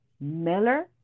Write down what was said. Miller